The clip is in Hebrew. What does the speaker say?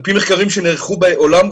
על-פי מחקרים שנערכו בעולם,